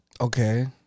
Okay